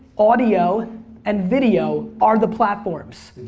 audio and video are the platforms.